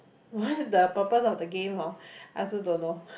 what's the purpose of the game hor I also don't know